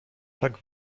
tak